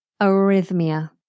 Arrhythmia